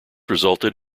resulted